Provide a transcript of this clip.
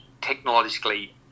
technologically